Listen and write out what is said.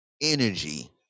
energy